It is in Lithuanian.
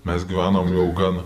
mes gyvenam jau gan